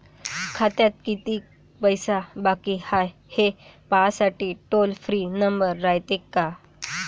खात्यात कितीक पैसे बाकी हाय, हे पाहासाठी टोल फ्री नंबर रायते का?